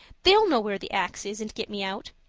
they'll know where the axe is and get me out.